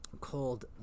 called